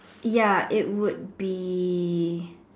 ya it would be